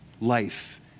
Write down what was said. life